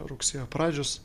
rugsėjo pradžios